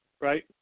Right